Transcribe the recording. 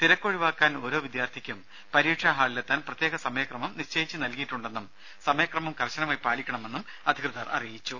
തിരക്ക് ഒഴിവാക്കാൻ ഓരോ വിദ്യാർത്ഥിക്കും പരീക്ഷാ ഹാളിലെത്താൻ പ്രത്യേക സമയക്രമം നിശ്ചയിച്ചു നൽകിയിട്ടുണ്ടെന്നും സമയക്രമം കർശനമായി പാലിക്കണമെന്നും അധിക്യതർ അറിയിച്ചു